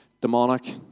demonic